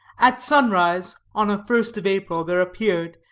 at sunrise on a first of april, there appeared,